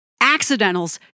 Accidentals